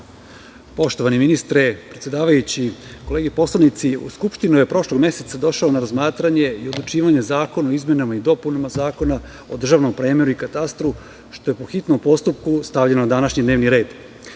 Poštovani ministre, predsedavajući, kolege poslanici, u Skupštinu je prošlog meseca došao na razmatranje o odlučivanje zakon o izmenama i dopunama Zakona o državnom premeru i katastru, što je po hitnom postupku stavljeno na današnji dnevni